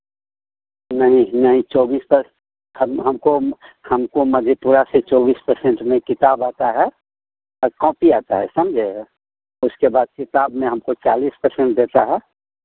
नहीं नहीं चौबीस पर्स हम हमको हमको मधेपुरा से चौबीस पर्सेंट में किताब आता है कॉपी आता है समझे उसके बाद किताब में हमको चालीस पर्सेंट देता है